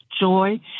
joy